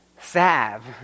salve